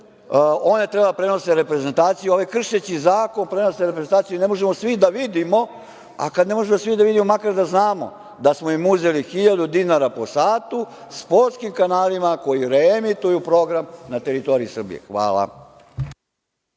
one treba da prenose reprezentaciju. Ovi kršeći zakon prenose reprezentaciju i ne možemo svi da vidimo, a kada ne možemo svi da vidimo makar da znamo da smo im uzeli 1.000 dinara po satu, sportskim kanalima koji reemituju program na teritoriji Srbije.